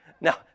Now